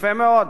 יפה מאוד.